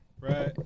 Right